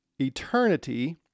eternity